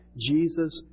Jesus